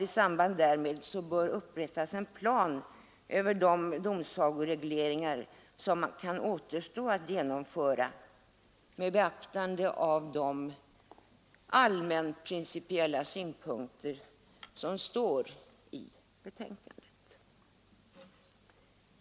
I samband därmed bör upprättas en plan över de domsagoregleringar som kan återstå att genomföra med beaktande av de allmänt principiella synpunkter som framförs i betänkandet.